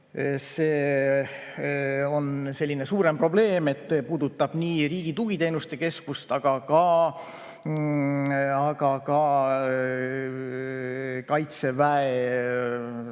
see on selline suurem probleem. See puudutab nii Riigi Tugiteenuste Keskust, aga ka Kaitseväes